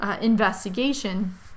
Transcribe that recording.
investigation